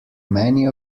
many